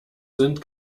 sind